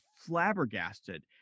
flabbergasted